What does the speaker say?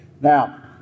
Now